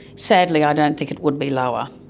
sadly i don't think it would be lower.